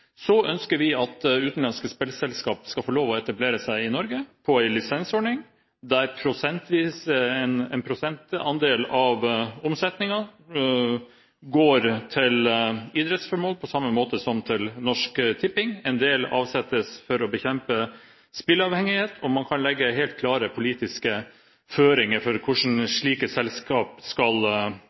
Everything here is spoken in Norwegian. Så ønsker vi at utenlandske spillselskaper skal få lov til å etablere seg i Norge, med en lisensordning, der en prosentandel av omsetningen går til idrettsformål, på samme måte som Norsk Tipping. En del avsettes for å bekjempe spillavhengighet, og man kan legge helt klare politiske føringer for hvordan slike selskaper skal